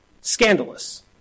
Scandalous